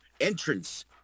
entrance